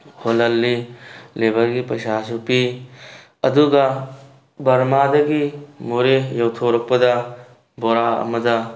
ꯍꯣꯜꯍꯜꯂꯤ ꯂꯦꯕꯔꯒꯤ ꯄꯩꯁꯥꯁꯨ ꯄꯤ ꯑꯗꯨꯒ ꯕꯔꯃꯥꯗꯒꯤ ꯃꯣꯔꯦ ꯌꯧꯊꯣꯔꯛꯄꯗ ꯕꯣꯔꯥ ꯑꯃꯗ